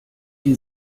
die